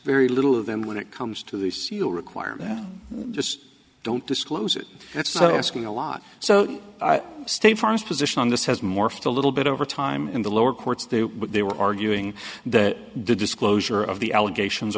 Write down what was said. very little of them when it comes to the seal require that just don't disclose it so asking a lot so state farm's position on this has morphed a little bit over time in the lower courts do they were arguing that the disclosure of the allegations